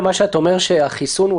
במה שאתה אומר לגבי החיסון,